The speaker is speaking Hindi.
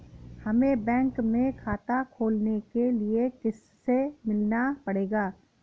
हमे बैंक में खाता खोलने के लिए किससे मिलना पड़ेगा?